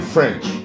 French